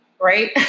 right